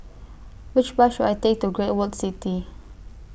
Which Bus should I Take to Great World City